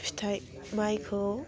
फिथाइ माइखौ